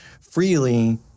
freely